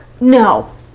No